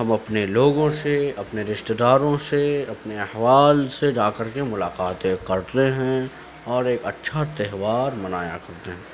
ہم اپنے لوگوں سے اپنے رشتہ داروں سے اپنے احوال سے جا کر کے ملاقاتیں کرتے ہیں اور ایک اچھا تہوار منایا کرتے ہیں